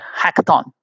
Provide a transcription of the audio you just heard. hackathon